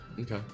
Okay